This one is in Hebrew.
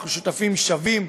אנחנו שותפים שווים,